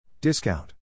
Discount